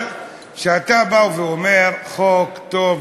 אבל כשאתה בא ואומר: חוק טוב,